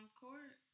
court